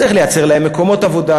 צריך לייצר להם מקומות עבודה.